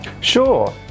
Sure